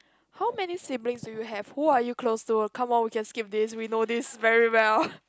how many siblings do you have who are you close to come on we can skip this we know this very well